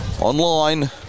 online